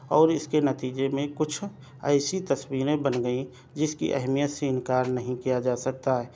اور اس کے نتیجہ میں کچھ ایسی تصویریں بن گئیں جس کی اہمیت سے انکار نہیں کیا جا سکتا